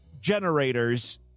generators